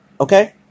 Okay